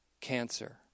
cancer